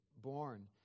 born